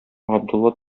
габдулла